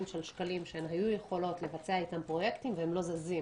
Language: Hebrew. שקלים שהן היו יכולות לבצע איתם פרויקטים והם לא זזים,